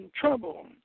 trouble